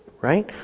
right